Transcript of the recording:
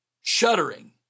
Shuddering